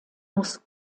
muss